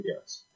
yes